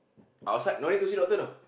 outside no need to see doctor no